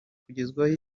kugezwaho